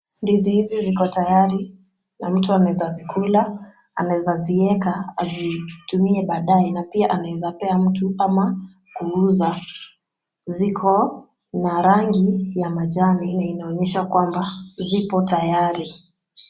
Ndizi hizi ziko tayari na mtu anaeza zikula, anaeza zieka azitumie baadae na pia anaeza pea mtu ama kuuza. Ziko na rangi ya majani na inaonyesha kwamba zipo tayari.